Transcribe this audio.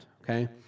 okay